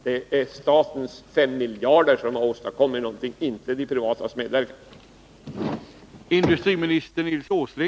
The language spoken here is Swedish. Det är statens 5 miljarder som har åstadkommit det här, inte de privata företagens medverkan.